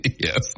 Yes